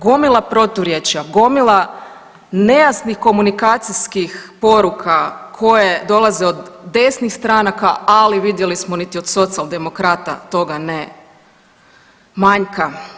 Gomila proturječja, gomila nejasnih komunikacijskih poruka koje dolaze od desnih stranaka, ali vidjeli smo niti od Socijaldemokrata toga ne manjka.